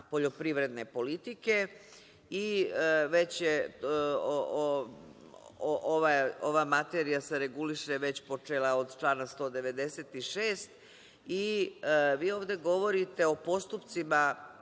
poljoprivredne politike i ova materija se reguliše već počev od člana 196. i vi ovde govorite o postupcima